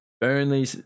Burnley